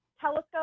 telescope